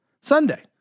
Sunday